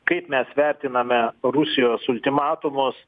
kaip mes vertiname rusijos ultimatumus